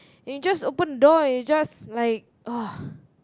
and you just open the door and then you just like uh